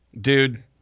dude